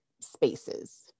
spaces